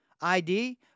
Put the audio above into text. ID